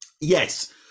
Yes